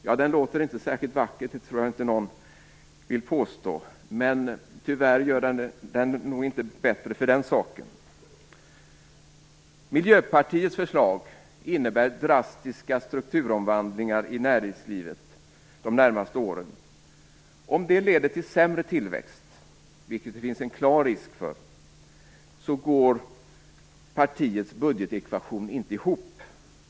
Ja, den låter inte särskilt vacker, det tror jag inte att någon vill påstå. Men tyvärr blir den inte bättre för den saken. Miljöpartiets förslag innebär drastiska strukturomvandlingar i näringslivet under de närmaste åren. Om det leder till sämre tillväxt, vilket det finns en klar risk för, går partiets budgetekvation inte ihop.